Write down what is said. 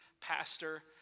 pastor